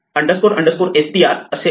str असे आहे